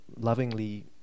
lovingly